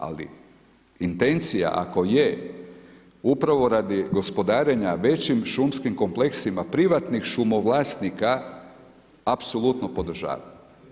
Ali intencija ako je, upravo radi gospodarenja većim šumskim kompleksima privatnih šumovlasnika, apsolutno podržavam.